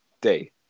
day